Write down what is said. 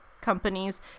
companies